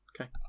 Okay